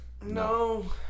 No